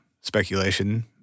speculation